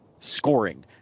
scoring